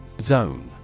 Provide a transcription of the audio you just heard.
Zone